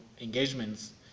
engagements